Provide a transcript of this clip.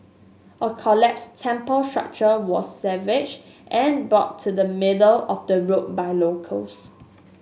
a collapsed temple structure was salvaged and brought to the middle of the road by locals